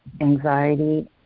Anxiety